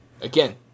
Again